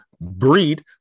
breed